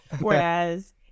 Whereas